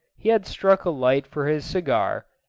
he had struck a light for his cigar,